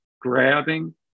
grabbing